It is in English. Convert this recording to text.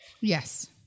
Yes